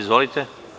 Izvolite.